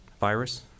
virus